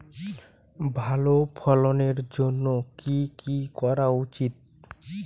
ভালো ফলনের জন্য কি কি করা উচিৎ?